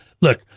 Look